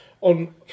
on